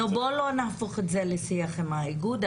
בוא לא נהפוך את זה לשיח עם האיגוד,